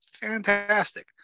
Fantastic